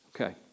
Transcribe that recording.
Okay